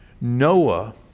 Noah